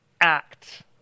act